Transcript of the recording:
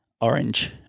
orange